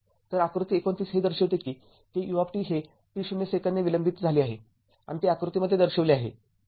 तर आकृती २९ हे दर्शवते कि ते u हे t० सेकंद ने विलंबित झाले आहे आणि ते आकृतीमध्ये दर्शविले आहे